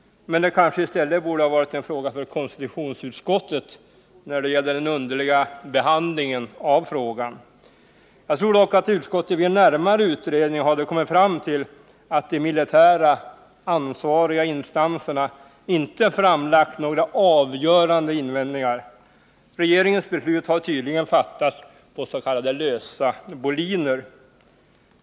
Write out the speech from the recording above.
Men det kanske i stället skulle ha varit en sak för konstitutionsutskottet att ta upp den underliga behandlingen av frågan. Jag tror dock att utskottet vid en närmare utredning hade kommit fram till att de ansvariga militära instanserna inte kommit med några avgörande invändningar. Regeringens beslut har tydligen fattats på s.k. lösa boliner.